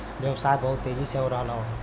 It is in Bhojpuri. व्यवसाय बहुत तेजी से हो रहल हौ